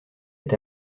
est